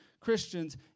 Christians